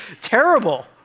terrible